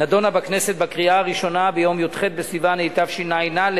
נדונה בכנסת בקריאה הראשונה ביום י"ח בסיוון התשע"א,